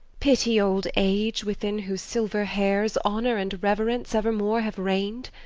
pity old age, within whose silver hairs honour and reverence evermore have reign'd!